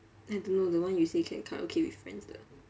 I don't know the one you say can karaoke with friends 的